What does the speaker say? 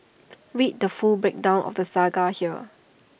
read the full breakdown of the saga here